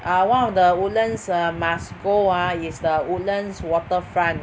err one of the Woodlands err must go ah is the Woodlands waterfront